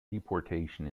deportation